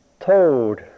told